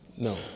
No